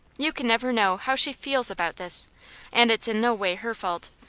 you can never know how she feels about this and it's in no way her fault.